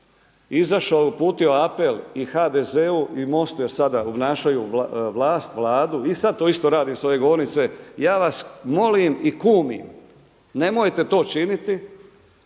izašao i uputio apel i HDZ-u i MOST-u jer sada obnašaju vlast, Vladu i sad to isto radim sa ove govornice, ja vas molim i kumim nemojte to činiti,